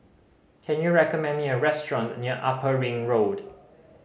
can you recommend me a restaurant near Upper Ring Road